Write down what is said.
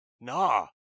nah